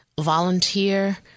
volunteer